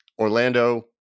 Orlando